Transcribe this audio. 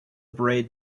braid